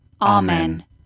Amen